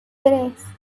tres